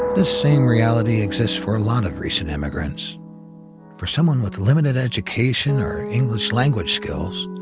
this same reality exists for a lot of recent immigrants for someone with limited education or english-language skills,